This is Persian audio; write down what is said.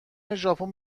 ژاپن